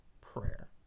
prayer